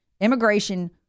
Immigration